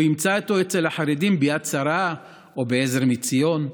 הוא ימצא אותו אצל החרדים ביד שרה או בעזר מציון,